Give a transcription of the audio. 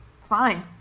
Fine